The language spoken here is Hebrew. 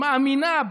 מאמינה,